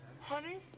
Honey